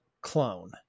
clone